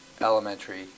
elementary